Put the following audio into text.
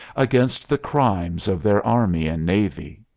against the crimes of their army and navy?